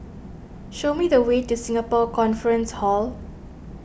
show me the way to Singapore Conference Hall